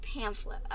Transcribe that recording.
pamphlet